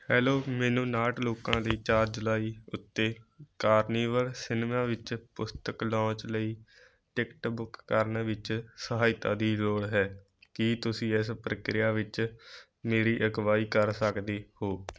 hello ਮੈਨੂੰ ਉਣਾਹਠ ਲੋਕਾਂ ਦੀ ਚਾਰ ਜੁਲਾਈ ਉੱਤੇ ਕਾਰਨੀਵਲ ਸਿਨਮਿਆਂ ਵਿਚ ਪੁਸਤਕ ਲੌਂਚ ਲਈ ਟਿਕਟ ਬੁੱਕ ਕਰਨ ਵਿੱਚ ਸਹਾਇਤਾ ਦੀ ਲੋੜ ਹੈ ਕੀ ਤੁਸੀਂ ਇਸ ਪ੍ਰਕਿਰਿਆ ਵਿੱਚ ਮੇਰੀ ਅਗਵਾਈ ਕਰ ਸਕਦੇ ਹੋ